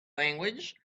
language